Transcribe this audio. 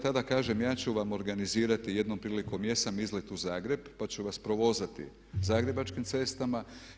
Tada kažem, ja ću vam organizirati jednom prilikom jesam izlet u Zagreb pa ću vas provozati zagrebačkim cestama.